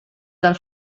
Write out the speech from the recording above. del